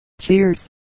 Cheers